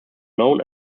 known